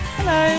Hello